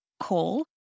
call